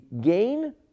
gain